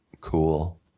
cool